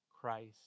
Christ